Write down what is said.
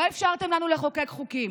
לא אפשרתם לנו לחוקק חוקים.